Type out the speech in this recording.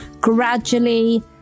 gradually